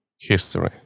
history